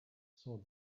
saw